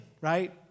right